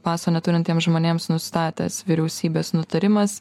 paso neturintiem žmonėms nustatęs vyriausybės nutarimas